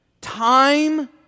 time